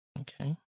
okay